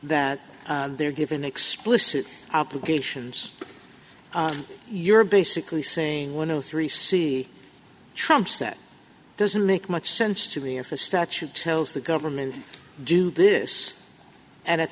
that they're given explicit obligations you're basically saying one of the three c tribes that doesn't make much sense to me if a statute tells the government do this and at